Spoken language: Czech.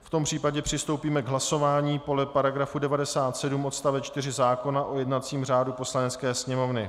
V tom případě přistoupíme k hlasování podle § 97 odst. 4 zákona o jednacím řádu Poslanecké sněmovny.